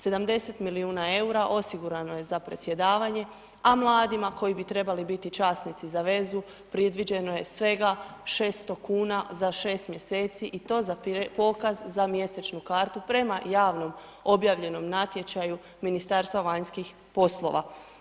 70 milijuna eura osigurano je za predsjedavanje, a mladima koji bi trebali biti časnici za vezu, predviđeno je svega 600 kuna za 6 mjeseci i to za pokaz za mjesečnu kartu prema javnom objavljenom natječaju Ministarstva vanjskih poslova.